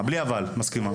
מסכימה.